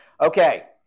Okay